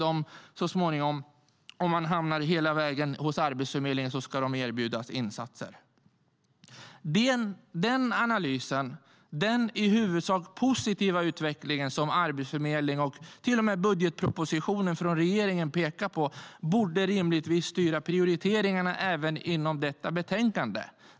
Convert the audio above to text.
De som gått hela vägen hos Arbetsförmedlingen ska erbjudas insatser. Den i huvudsak positiva utvecklingen som Arbetsförmedlingen och till och med budgetpropositionen från regeringen pekar på borde rimligtvis styra prioriteringarna även i detta betänkande.